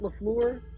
LaFleur